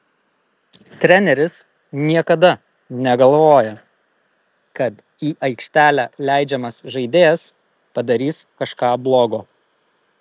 treneris niekada negalvoja kad į aikštelę leidžiamas žaidėjas padarys kažką blogo